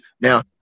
Now